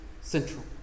central